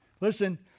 Listen